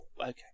Okay